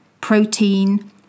protein